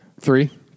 Three